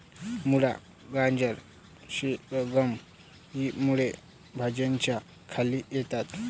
मुळा, गाजर, शलगम इ मूळ भाज्यांच्या खाली येतात